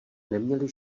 neměli